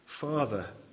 Father